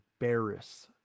embarrass